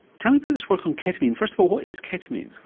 tell me about this work on ketamine, first of all what is ketamine,